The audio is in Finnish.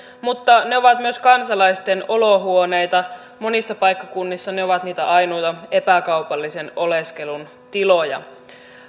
mutta ne ovat myös kansalaisten olohuoneita ja monilla paikkakunnilla ne ovat ainoita epäkaupallisen oleskelun tiloja